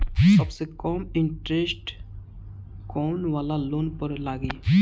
सबसे कम इन्टरेस्ट कोउन वाला लोन पर लागी?